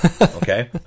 Okay